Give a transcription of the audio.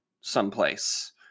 someplace